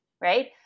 Right